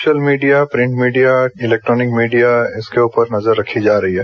social media print media electronic media इसके ऊपर नजर रखी जा रही है